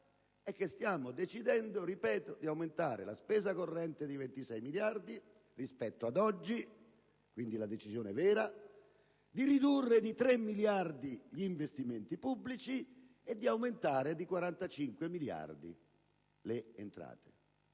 è che stiamo decidendo di aumentare la spesa corrente di 26 miliardi rispetto ad oggi, di ridurre di 3 miliardi gli investimenti pubblici e di aumentare di 45 miliardi le entrate.